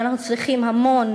ואנחנו צריכים, המון